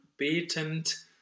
Betend